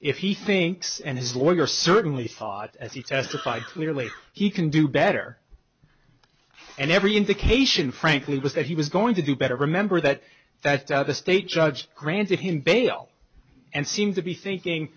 if he thinks and his lawyer certainly thought as he testified clearly he can do better and every indication frankly was that he was going to do better remember that that a state judge granted him bail and seemed to be thinking